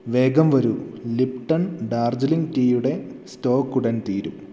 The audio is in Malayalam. വേഗം വരൂ ലിപ്ടൺ ഡാർജിലിംഗ് ടീ യുടെ സ്റ്റോക് ഉടൻ തീരും